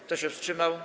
Kto się wstrzymał?